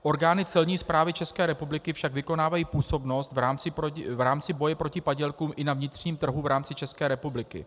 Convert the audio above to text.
Orgány celní správy České republiky však vykonávají působnost v rámci boje proti padělkům i na vnitřním trhu, v rámci České republiky.